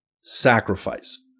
sacrifice